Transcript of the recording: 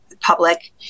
public